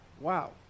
wow